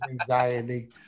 anxiety